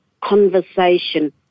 conversation